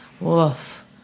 Woof